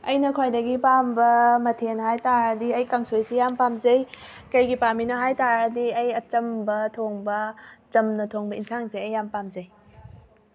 ꯑꯩꯅ ꯈ꯭ꯋꯥꯏꯗꯒꯤ ꯄꯥꯝꯕ ꯃꯊꯦꯟ ꯍꯥꯏꯇꯥꯔꯗꯤ ꯑꯩ ꯀꯥꯡꯁꯣꯏꯁꯤ ꯌꯥꯝ ꯄꯥꯝꯖꯩ ꯀꯩꯒꯤ ꯄꯥꯝꯃꯤꯅꯣ ꯍꯥꯏꯇꯔꯗꯤ ꯑꯩ ꯑꯆꯝꯕ ꯊꯣꯡꯕ ꯆꯝꯅ ꯊꯣꯡꯕ ꯏꯟꯁꯥꯡꯁꯦ ꯑꯩ ꯌꯥꯝ ꯄꯥꯝꯖꯩ